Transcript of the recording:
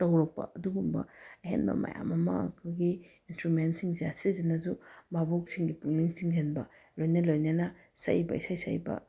ꯇꯧꯔꯛꯄ ꯑꯗꯨꯒꯨꯝꯕ ꯑꯍꯦꯟꯕ ꯃꯌꯥꯝ ꯑꯃ ꯑꯩꯈꯣꯏꯒꯤ ꯏꯟꯁꯇ꯭ꯔꯨꯃꯦꯟꯁꯤꯡꯁꯦ ꯁꯤꯁꯤꯅꯁꯨ ꯕꯥꯕꯣꯛꯁꯤꯡꯒꯤ ꯄꯨꯛꯅꯤꯡ ꯆꯤꯡꯁꯤꯟꯕ ꯂꯣꯏꯅ ꯂꯣꯏꯅꯅ ꯁꯛꯏꯕ ꯏꯁꯩ ꯁꯛꯏꯕ